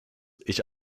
ich